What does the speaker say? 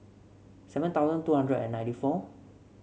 seven thousand two hundred and ninety four